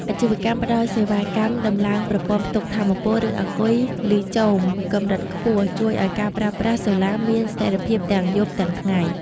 អាជីវកម្មផ្ដល់សេវាកម្មដំឡើងប្រព័ន្ធផ្ទុកថាមពល ឬអាគុយលីចូមកម្រិតខ្ពស់ ជួយឱ្យការប្រើប្រាស់សូឡាមានស្ថិរភាពទាំងយប់ទាំងថ្ងៃ។